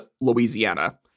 Louisiana